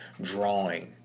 Drawing